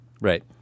Right